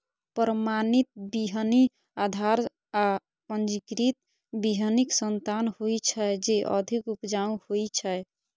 प्रमाणित बीहनि आधार आ पंजीकृत बीहनिक संतान होइ छै, जे अधिक उपजाऊ होइ छै